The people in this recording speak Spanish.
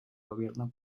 gobierno